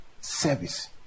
service